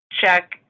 check